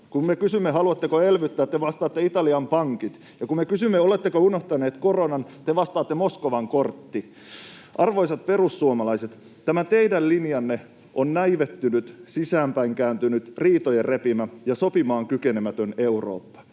Kun me kysymme, haluatteko elvyttää, te vastaatte: Italian pankit. Kun me kysymme, oletteko unohtaneet koronan, te vastaatte: Moskovan kortti. Arvoisat perussuomalaiset, tämä teidän linjanne on näivettynyt, sisäänpäin kääntynyt, riitojen repimä ja sopimaan kykenemätön Eurooppa.